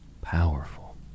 powerful